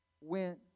went